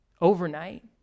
overnight